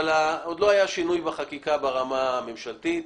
אבל עוד לא היה שינוי בחקיקה ברמה הממשלתית.